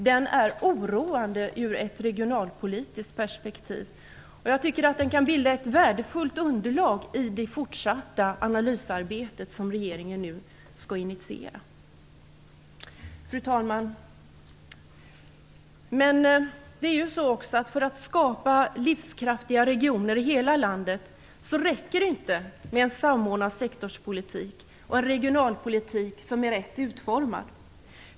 Den är oroande ur ett regionalpolitiskt perspektiv men kan utgöra ett värdefullt underlag i det fortsatta analysarbete som regeringen nu skall initiera. Fru talman! Men för att skapa livskraftiga regioner i hela landet räcker det inte med en samordnad sektorspolitik och en regionalpolitik som är rätt utformad.